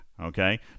Okay